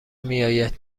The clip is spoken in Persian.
میاید